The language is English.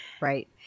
Right